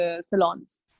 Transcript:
salons